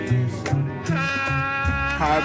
High